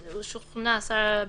שוכנע שר הביטחון,